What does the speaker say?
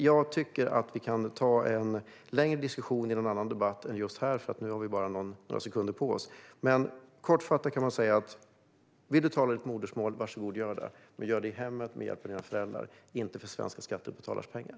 Jag tycker att vi kan ta en längre diskussion i en annan debatt än just här. Nu har vi bara några sekunder på oss. Kortfattat kan jag säga följande: Om du vill tala ditt modersmål, var så god och gör det, men gör det i hemmet med hjälp av dina föräldrar, inte för svenska skattebetalares pengar.